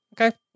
Okay